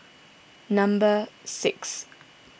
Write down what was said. number six